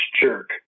jerk